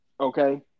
Okay